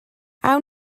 awn